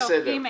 בסדר.